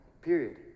period